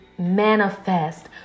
manifest